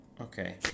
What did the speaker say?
Okay